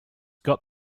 got